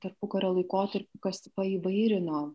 tarpukario laikotarpiu kas paįvairino